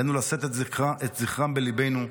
עלינו לשאת את זכרם בליבנו,